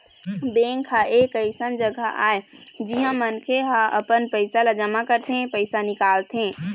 bank ह एक अइसन जघा आय जिहाँ मनखे ह अपन पइसा ल जमा करथे, पइसा निकालथे